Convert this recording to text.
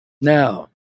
Now